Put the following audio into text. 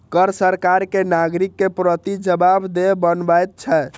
कर सरकार कें नागरिक के प्रति जवाबदेह बनबैत छै